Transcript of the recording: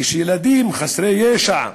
כשילדים חסרי ישע,